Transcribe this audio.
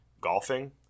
golfing